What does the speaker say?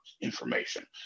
information